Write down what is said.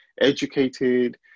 educated